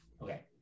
Okay